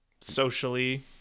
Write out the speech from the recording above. socially